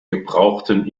gebrauchten